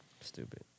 Stupid